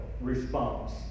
response